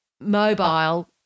mobile